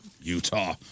Utah